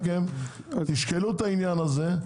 תשקלו את העניין הזה.